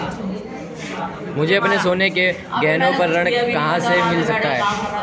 मुझे अपने सोने के गहनों पर ऋण कहाँ से मिल सकता है?